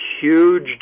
huge